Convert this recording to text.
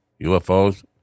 UFOs